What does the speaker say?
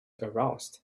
aroused